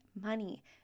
money